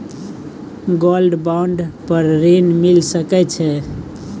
Gold bond पर ऋण मिल सके छै?